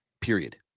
Period